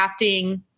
crafting